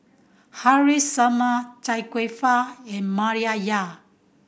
Haresh Sharma Chia Kwek Fah and Maria Dyer